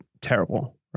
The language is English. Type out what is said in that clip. terrible